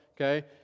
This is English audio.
Okay